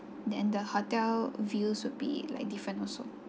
then the hotel views would be like different also